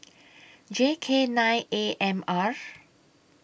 J K nine A M R